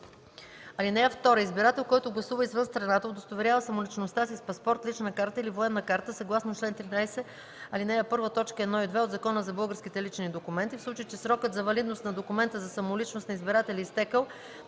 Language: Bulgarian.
(2) Избирател, който гласува извън страната, удостоверява самоличността си с паспорт, лична карта или военна карта съгласно чл. 13, ал. 1, т. 1 и 2 от Закона за българските лични документи. В случай че срокът за валидност на документа за самоличност на избирателя е изтекъл,